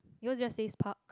yours just says park